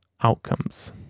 outcomes